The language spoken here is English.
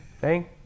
Thank